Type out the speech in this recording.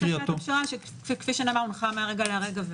הצעת הפשרה, שכפי שנאמר, הונחה מהרגע להרגע.